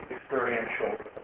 experiential